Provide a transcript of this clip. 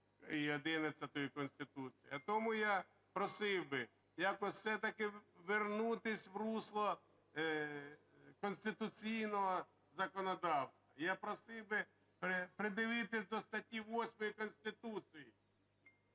і 11 Конституції. А тому я просив би якось все-таки вернутись в русло конституційного законодавства. Я просив би придивитися до статті 8 Конституції…